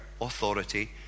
authority